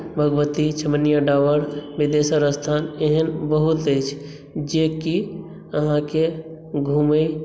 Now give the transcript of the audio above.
भगवती चमनिआँ डाबर बिदेश्वर स्थान एहन बहुत अछि जेकि अहाँकेँ घूमय